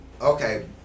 Okay